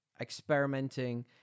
experimenting